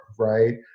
right